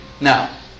Now